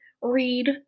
read